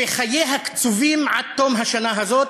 שחייה קצובים עד תום השנה הזאת,